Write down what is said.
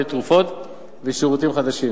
לתרופות ושירותים חדשים,